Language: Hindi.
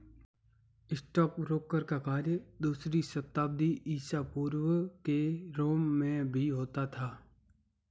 स्टॉकब्रोकर का कार्य दूसरी शताब्दी ईसा पूर्व के रोम में भी होता था